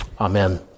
Amen